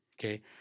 okay